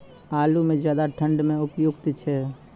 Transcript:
आलू म ज्यादा ठंड म उपयुक्त छै?